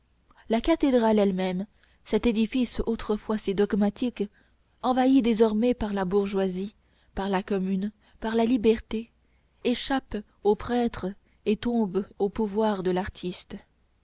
la cathédrale elle-même cet édifice autrefois si dogmatique envahie désormais par la bourgeoisie par la commune par la liberté échappe au prêtre et tombe au pouvoir de l'artiste